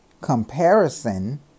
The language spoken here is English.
Comparison